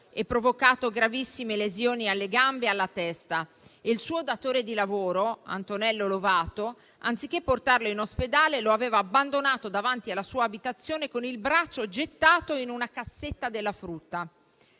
e provocato gravissime lesioni alle gambe e alla testa. Il suo datore di lavoro, Antonello Lovato, anziché portarlo in ospedale, lo aveva abbandonato davanti alla sua abitazione gettando il braccio in una cassetta della frutta.